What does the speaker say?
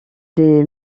des